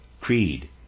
creed